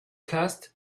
cast